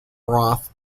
broth